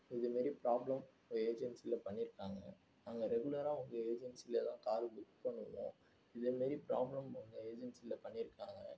இது மாரி ப்ராப்ளம் உங்கள் ஏஜென்ஸியில பண்ணி இருக்காங்க நாங்கள் ரெகுலராக உங்கள் ஏஜென்ஸில தான் கார் புக் பண்ணுவோம் இதே மாரி ப்ராப்ளம் உங்கள் ஏஜென்ஸியில பண்ணி இருக்காங்க